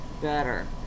better